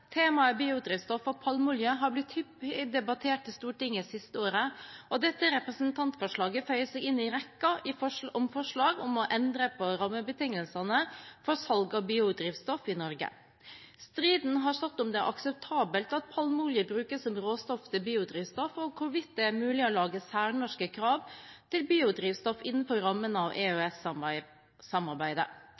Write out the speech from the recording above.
Temaet biodrivstoff og palmeolje har blitt hyppig debattert i Stortinget siste året, og dette representantforslaget føyer seg inn i rekken av forslag om å endre på rammebetingelsene for salg av biodrivstoff i Norge. Striden har stått om det er akseptabelt at palmeolje brukes som råstoff til biodrivstoff, og hvorvidt det er mulig å lage særnorske krav til biodrivstoff innenfor rammene av